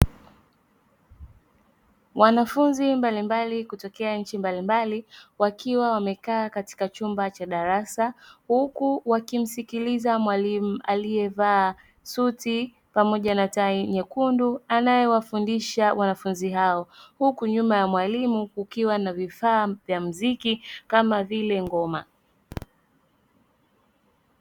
Wanafunzi mbalimbali kutokea nchi mbalimbali wakiwa wamekaa katika chumba cha darasa, huku wakimsikiliza mwalimu aliyevaa suti pamoja na tai nyekundu, anayewafundisha wanafunzi hao. Huku nyuma ya mwalimu kukiwa na vifaa vya muziki kama vile ngoma.